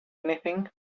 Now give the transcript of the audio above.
anything